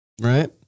right